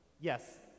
yes